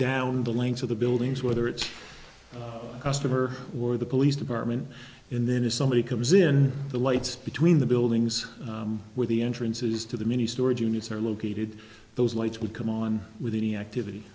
down the length of the buildings whether it's a customer or the police department and then if somebody comes in the lights between the buildings where the entrances to the mini storage units are located those lights would come on with any activity